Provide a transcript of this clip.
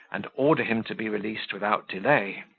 and order him to be released without delay.